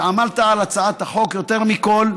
שעמלת על הצעת החוק יותר מכול.